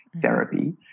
therapy